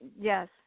yes